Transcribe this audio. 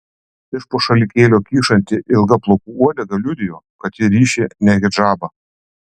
iš po šalikėlio kyšanti ilga plaukų uodega liudijo kad ji ryši ne hidžabą